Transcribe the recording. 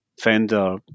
Fender